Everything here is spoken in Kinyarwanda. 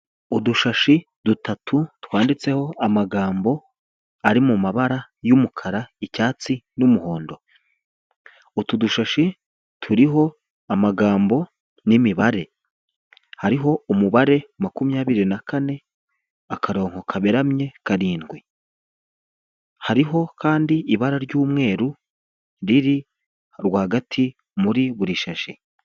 Udushashi dutatu twanditseho amagambo ari mu mabara y'umukara, icyatsi n'umuhondo; utu dushashi turiho amagambo n'imibare, hariho umubare makumyabiri na kane, akarongo kaberamye karindwi, hariho kandi ibara ry'umweru riri rwagati muri buri shashi.